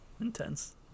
Intense